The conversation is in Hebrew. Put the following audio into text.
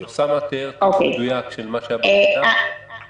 אולי למשטרה יש בעיה, אבל זה לא